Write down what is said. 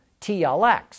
TLX